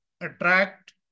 attract